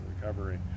recovery